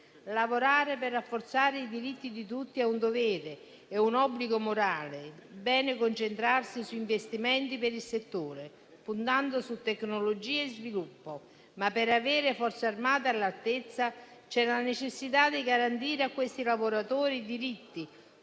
Lavorare per rafforzare i diritti di tutti è un dovere e un obbligo morale. È quindi bene concentrarsi su investimenti per il settore, puntando su tecnologie e sviluppo, ma per avere Forze armate all'altezza, c'è la necessità di garantire a questi lavoratori tutti